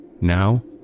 Now